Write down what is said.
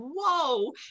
whoa